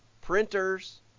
printers